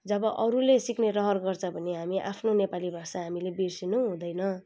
जब अरूले सिक्ने रहर गर्छ भने हामी आफ्नो नेपाली भाषा हामीले बिर्सिनु हुँदैन